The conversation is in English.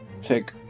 take